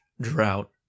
drought